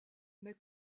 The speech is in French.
mais